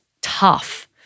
tough